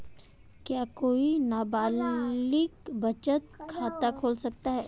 क्या कोई नाबालिग बचत खाता खोल सकता है?